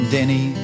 Denny